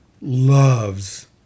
loves